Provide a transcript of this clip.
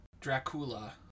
Dracula